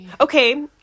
Okay